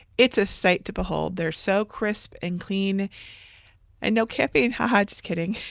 it's a sight to behold. they're so crisp and clean and no capping. ha ha, just kidding.